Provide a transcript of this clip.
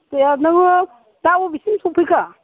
दे नोङो दा अबेसिम सौफैखो